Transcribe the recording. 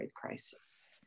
crisis